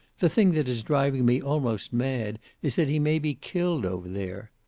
the thing that is driving me almost mad is that he may be killed over there.